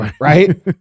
right